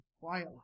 quiet